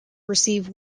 receive